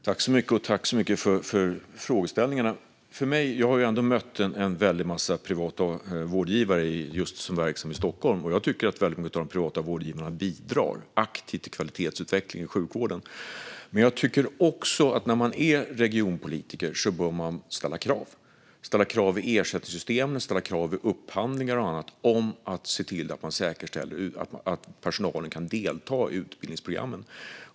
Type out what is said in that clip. Fru talman! Tack så mycket för frågeställningarna, Acko Ankarberg Johansson! Jag har mött en väldig massa privata vårdgivare som är verksamma i Stockholm och tycker att många av dem bidrar aktivt till kvalitetsutveckling i sjukvården. Men jag tycker också att man som regionpolitiker bör ställa krav i ersättningssystemet och vid upphandlingar för att säkerställa att personalen kan delta i utbildningsprogrammen.